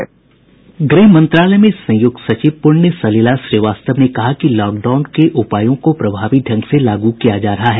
गृह मंत्रालय में संयुक्त सचिव प्रण्य सलिला श्रीवास्तव ने कहा कि लॉकडाउन के उपायों को प्रभावी ढंग से लागू किया जा रहा है